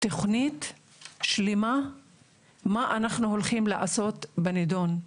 תכנית שלמה מה אנחנו הולכים לעשות בנדון.